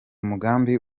mugambi